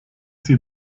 sie